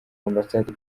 ambasade